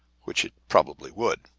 which it probably would.